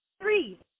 three